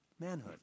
manhood